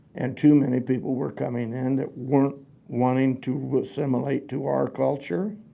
and too many people were coming in that weren't wanting to assimilate to our culture.